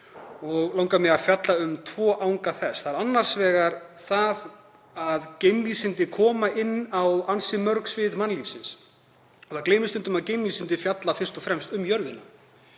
og langar mig að fjalla um tvo anga þess. Það er annars vegar það að geimvísindi koma inn á ansi mörg svið mannlífsins. Það gleymist stundum að geimvísindi fjalla fyrst og fremst um jörðina